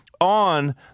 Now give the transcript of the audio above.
on